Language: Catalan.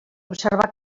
observar